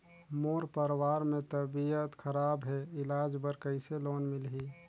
मोर परवार मे तबियत खराब हे इलाज बर कइसे लोन मिलही?